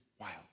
wild